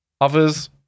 others